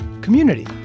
community